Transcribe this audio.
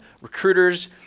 recruiters